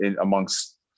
amongst